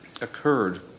occurred